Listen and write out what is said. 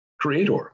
creator